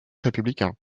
républicain